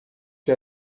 que